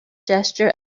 gesture